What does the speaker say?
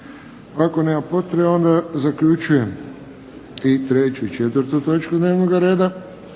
Ako nema potrebe, onda zaključujem i 3. i 4. točku dnevnog reda.